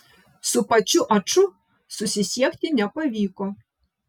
su pačiu aču susisiekti nepavyko